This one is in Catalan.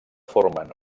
formen